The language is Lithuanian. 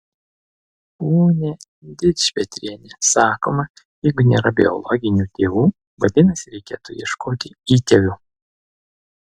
pone dičpetriene sakoma jeigu nėra biologinių tėvų vadinasi reikėtų ieškoti įtėvių